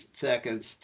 seconds